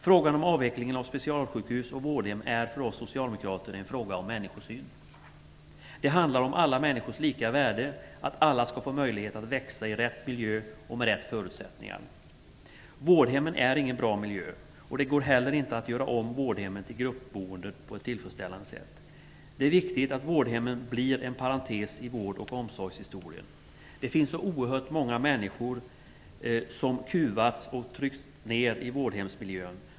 Frågan om avvecklingen av specialsjukhus och vårdhem är för oss socialdemokrater en fråga om människosyn. Det handlar om alla människors lika värde, att alla skall få möjlighet att växa i rätt miljö och med rätt förutsättningar. Vårdhemmen är ingen bra miljö. Det går inte heller att göra om vårdhem till gruppboende på ett tillfredsställande sätt. Det är viktigt att vårdhemmen blir en parentes i vårdoch omsorgshistorien. Det finns så oerhört många människor som kuvats och tryckts ned i vårdhemsmiljön.